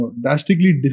drastically